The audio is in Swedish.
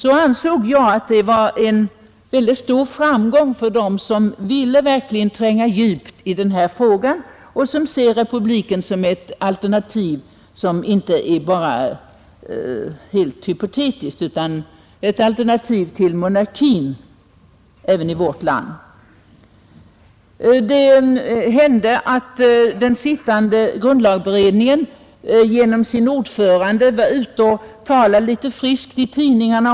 Jag betraktade det som en mycket stor framgång för dem som verkligen ville tränga djupt i frågan och som ser republiken inte bara som ett hypotetiskt alternativ utan som ett realistiskt alternativ till monarki även i vårt land. Det hände att den sittande grundlagberedningen genom sin ordförande var ute och talade litet friskt i tidningarna.